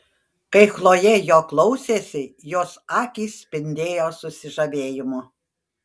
kai chlojė jo klausėsi jos akys spindėjo susižavėjimu